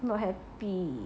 not happy